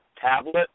tablet